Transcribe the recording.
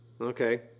Okay